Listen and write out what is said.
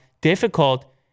difficult